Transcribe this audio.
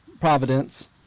providence